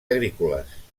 agrícoles